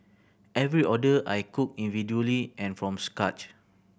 every order I cooked individually and from scratch